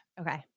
Okay